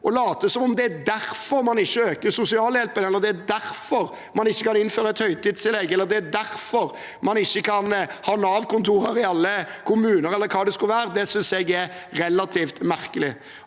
og late som om det er derfor man ikke øker sosialhjelpen, eller at det er derfor man ikke kan innføre et høytidstillegg, eller at det er derfor man ikke kan ha Nav-kontorer i alle kommuner, eller hva det skulle være, synes jeg er relativt merkelig.